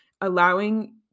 allowing